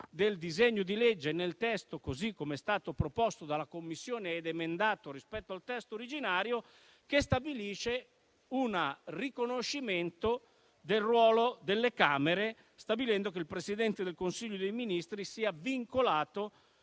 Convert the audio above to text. del disegno di legge, nel testo così com'è stato proposto dalla Commissione ed emendato rispetto al testo originario, di un riconoscimento del ruolo delle Camere, stabilendo che il Presidente del Consiglio dei ministri sia vincolato